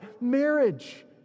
marriage